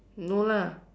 no lah